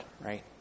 right